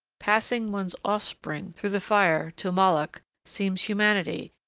passing one's offspring through the fire to moloch seems humanity,